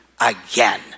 again